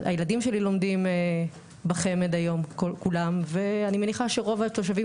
הילדים שלי לומדים בחמ"ד היום כולם ואני מניחה שרוב התושבים